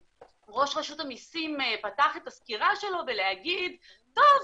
ראש רשות המיסים פתח את הסקירה שלו בלהגיד טוב,